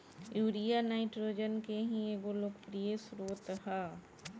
urea nitrogen के ही एगो लोकप्रिय स्रोत ह